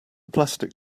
plastic